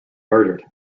murdered